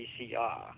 PCR